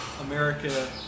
America